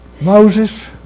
Moses